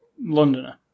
Londoner